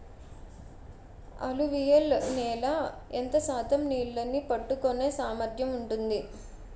అలువియలు నేల ఎంత శాతం నీళ్ళని పట్టుకొనే సామర్థ్యం ఉంటుంది?